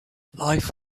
life